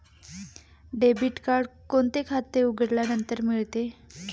Debit card कोणते खाते उघडल्यानंतर मिळते?